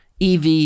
EV